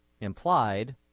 implied